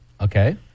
Okay